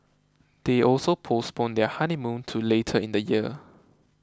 they also postponed their honeymoon to later in the year